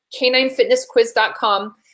caninefitnessquiz.com